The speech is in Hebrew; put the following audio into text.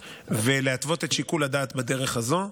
ולהתוות את שיקול הדעת בדרך הזו,